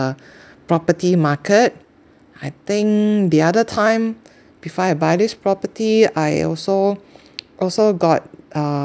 property market I think the other time before I buy this property I also also got um